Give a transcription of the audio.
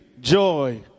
joy